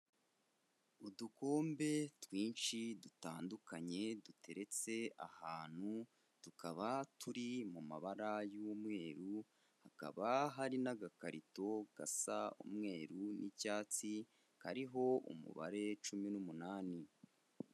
Udukombe twinshi dutandukanye duteretse ahantu, tukaba turi mu mabara y'umweru, hakaba hari n'agakarito gasa umweru n'icyatsi kariho umubare cumi n'umunani.